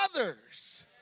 others